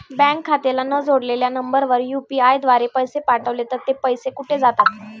Bank खात्याला न जोडलेल्या नंबरवर यु.पी.आय द्वारे पैसे पाठवले तर ते पैसे कुठे जातात?